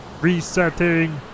Resetting